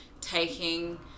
taking